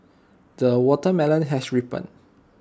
the watermelon has ripened